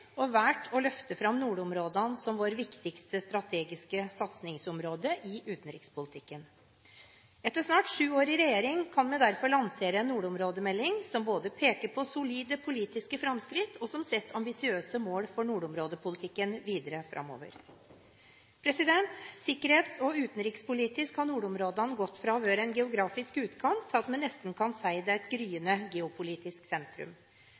og valgt å løfte fram nordområdene som vårt viktigste strategiske satsingsområde i utenrikspolitikken. Etter snart sju år i regjering kan vi derfor lansere en nordområdemelding som både peker på solide politiske framskritt, og som setter ambisiøse mål for nordområdepolitikken videre framover. Sikkerhets- og utenrikspolitisk har nordområdene gått fra å være en geografisk utkant til at vi nesten kan si det er blitt et gryende geopolitisk sentrum.